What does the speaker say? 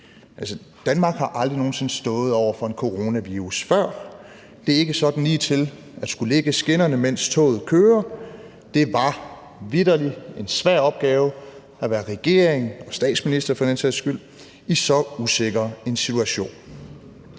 Danmark har aldrig nogen sinde stået over for en coronavirus før. Det er ikke sådan ligetil at skulle lægge skinnerne, mens toget kører. Det var vitterlig en svær opgave at være regering og statsminister for den sags